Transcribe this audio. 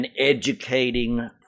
educating